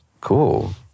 Cool